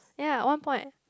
ya one point